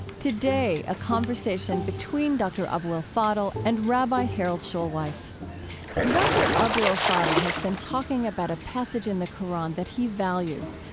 today, a conversation between dr. abou el fadl and rabbi harold schulweis dr. abou el fadl has been talking about a passage in the qur'an that he values,